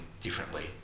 differently